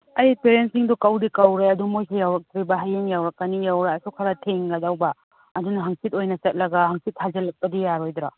ꯑꯩ ꯄꯦꯔꯦꯟꯁꯁꯤꯡꯗꯣ ꯀꯧꯗꯤ ꯀꯧꯔꯦ ꯑꯗꯣ ꯃꯣꯏꯁꯦ ꯌꯧꯔꯛꯇ꯭ꯔꯤꯕ ꯍꯌꯦꯡ ꯌꯧꯔꯛꯀꯅꯤ ꯌꯧꯔꯛꯑꯁꯨ ꯈꯔ ꯊꯦꯡꯒꯗꯧꯕ ꯑꯗꯨꯅ ꯍꯪꯆꯤꯠ ꯑꯣꯏꯅ ꯆꯠꯂꯒ ꯍꯪꯆꯤꯠ ꯍꯥꯏꯖꯤꯜꯂꯛꯄꯗꯤ ꯌꯥꯔꯣꯏꯗ꯭ꯔꯣ